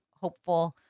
hopeful